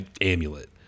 amulet